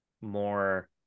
more